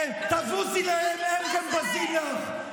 אני בזה להם, בזה להם, תבוזי להם, הם גם בזים לך.